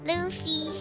Luffy